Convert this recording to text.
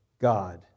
God